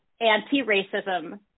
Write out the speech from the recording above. anti-racism